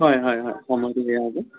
হয় হয় হয় সময়টো দিয় হ'ব